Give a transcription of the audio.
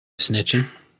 Snitching